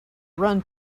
run